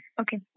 okay